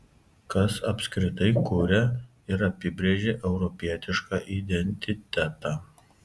kas apskritai kuria ir apibrėžia europietišką identitetą